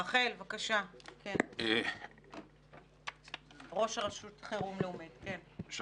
רח"ל, ראש רשות חירום לאומית, בבקשה.